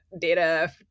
data